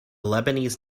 lebanese